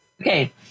Okay